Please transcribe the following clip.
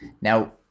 Now